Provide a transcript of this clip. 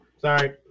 Sorry